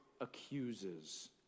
accuses